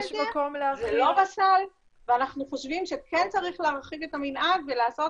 זה לא בסל ואנחנו חושבים שכן צריך להרחיב את המנעד ולעשות